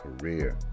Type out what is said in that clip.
career